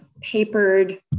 papered